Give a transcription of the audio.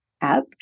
app